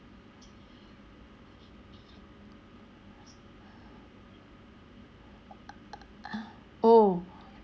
oh